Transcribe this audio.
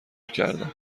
کردم